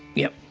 yep.